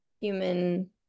human